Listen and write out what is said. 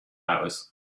hours